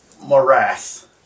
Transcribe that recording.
morass